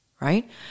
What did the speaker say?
Right